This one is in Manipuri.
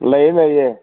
ꯂꯩꯌꯦ ꯂꯩꯌꯦ